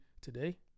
Today